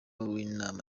w’inama